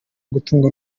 gutungwa